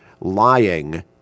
lying